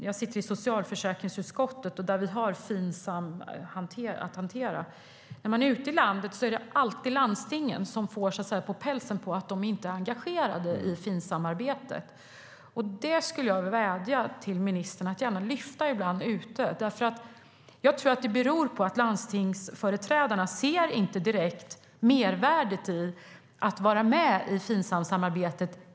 Jag sitter i socialförsäkringsutskottet, och där har vi att hantera Finsam. När man reser ute i landet är det alltid landstingen som får på pälsen för att de inte är engagerade i Finsamsamarbetet. Jag tror att det beror på att landstingsföreträdarna inte direkt ser mervärdet i att vara med i Finsamsamarbetet.